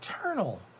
eternal